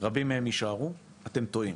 רבים מהם יישארו אתם טועים.